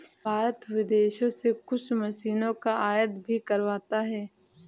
भारत विदेशों से कुछ मशीनों का आयात भी करवाता हैं